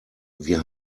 wir